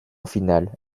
finale